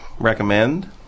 recommend